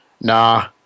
Nah